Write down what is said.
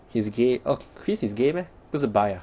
he's gay orh chris is gay meh 不是 bisexual ah